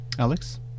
Alex